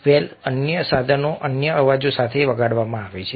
વેલ અન્ય સાધનો અન્ય અવાજો સાથે વગાડવામાં આવે છે